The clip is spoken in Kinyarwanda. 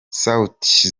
sauti